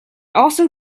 also